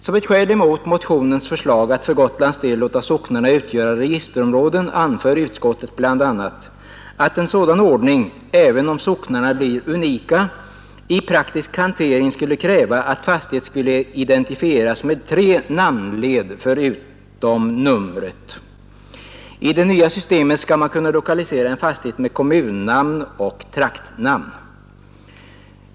Som ett skäl emot motionens förslag att för Gotlands del låta socknarna utgöra registerområden anför utskottet bl.a. att en sådan ordning, även om socknarna blir unika, i praktisk hantering skulle kräva att fastighet skulle identifieras med tre namnled förutom numret. I det nya systemet skall man kunna lokalisera en fastighet med kommunnamn och traktnamn.